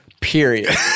period